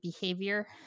behavior